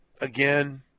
Again